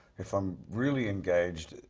if i'm really engaged,